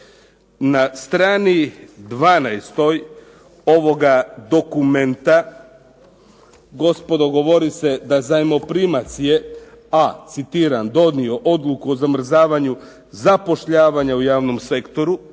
Na strani 12. ovoga dokumenta gospodo govori se da zajmoprimac je a) citiram: "donio odluku o zamrzavanju zapošljavanja u javnom sektoru".